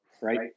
right